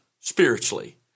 Spiritually